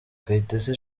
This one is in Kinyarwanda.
kayitesi